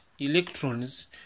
electrons